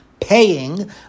paying